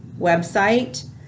website